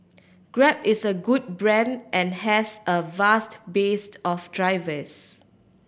Grab is a good brand and has a vast based of drivers